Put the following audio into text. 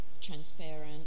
transparent